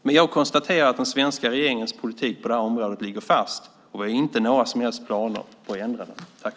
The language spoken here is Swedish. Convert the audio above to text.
Men jag konstaterar att den svenska regeringens politik på det här området ligger fast, och vi har inte några som helst planer på att ändra den.